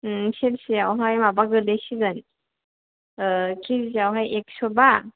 सेरसे आवहाय माबा गोलैसिगोन कि जि आवहाय एकस'बा